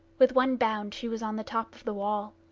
with one bound she was on the top of the wall.